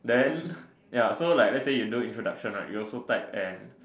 then ya so like lets say you do introduction right you also type and